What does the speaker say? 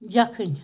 یَخٕنۍ